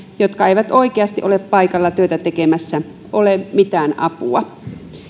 jotka eivät oikeasti ole paikalla työtä tekemässä ole mitään apua